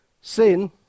Sin